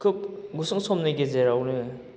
खोब गुसुं समनि गेजेरावनो